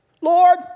Lord